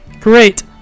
Great